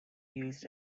used